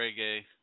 reggae